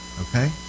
Okay